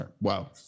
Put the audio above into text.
Wow